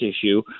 issue